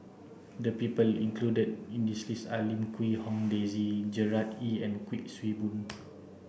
the people included in this list are Lim Quee Hong Daisy Gerard Ee and Kuik Swee Boon